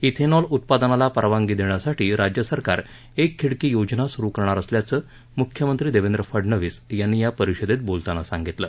ethanol उत्पादनाला परवानगी देण्यासाठी राज्यसरकार एक खिडकी योजना सुरु करणार असल्याचं मुख्यमंत्री देवेंद्र फडनवीस यांनी या परिषदेत बोलताना सांगितलं